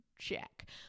Check